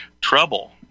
trouble